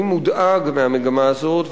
אני מודאג מהמגמה הזאת,